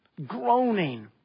groaning